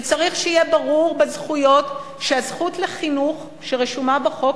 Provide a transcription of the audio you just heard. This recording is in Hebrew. וצריך שיהיה ברור בזכויות שהזכות לחינוך שרשומה בחוק